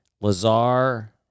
Lazar